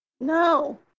No